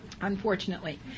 unfortunately